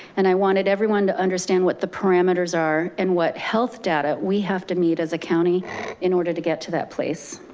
and i wanted everyone to understand what the parameters are and what health data we have to meet as a county in order to get to that place.